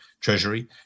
treasury